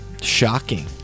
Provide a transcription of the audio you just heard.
shocking